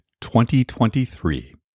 2023